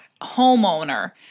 homeowner